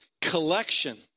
collection